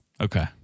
Okay